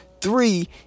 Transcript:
Three